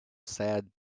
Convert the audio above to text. sad